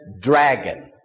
dragon